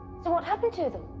so what happened to them?